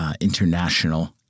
international